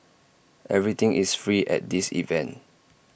everything is free at this event